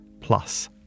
plus